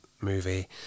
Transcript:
movie